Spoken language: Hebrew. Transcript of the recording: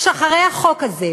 שאחרי החוק הזה,